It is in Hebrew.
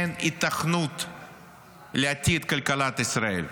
אין היתכנות לעתיד כלכלת ישראל.